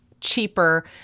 cheaper